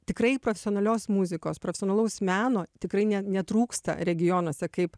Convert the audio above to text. tikrai profesionalios muzikos profesionalaus meno tikrai netrūksta regionuose kaip